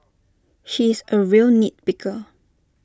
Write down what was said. he is A real nit picker